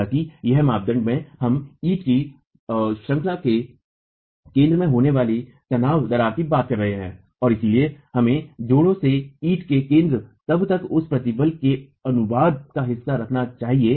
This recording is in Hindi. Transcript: हालांकि इस मानदंड में हम ईंट की श्रंखलाइकाई के केंद्र में होने वाली तनाव दरार की बात कर रहे हैं और इसलिए हमें जोड़ से ईंट के केंद्र तक अब उस प्रतिबल के अनुवाद का हिसाब रखना चाहिए